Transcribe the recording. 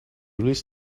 release